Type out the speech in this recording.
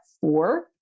four